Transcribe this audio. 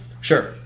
Sure